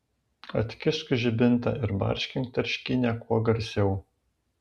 atkišk žibintą ir barškink tarškynę kuo garsiau